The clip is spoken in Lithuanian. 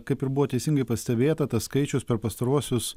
kaip ir buvo teisingai pastebėta tas skaičius per pastaruosius